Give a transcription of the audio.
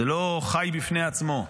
ולא חי בפני עצמו.